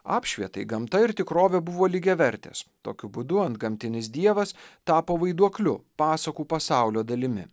apšvietai gamta ir tikrovė buvo lygiavertės tokiu būdu antgamtinis dievas tapo vaiduokliu pasakų pasaulio dalimi